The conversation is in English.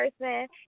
person